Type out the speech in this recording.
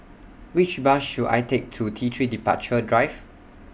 Which Bus should I Take to T three Departure Drive